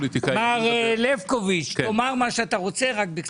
מר לבקוביץ, תאמר מה שאתה רוצה, בבקשה, רק בקצרה.